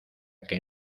que